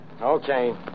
Okay